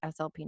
SLP